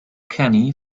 kenny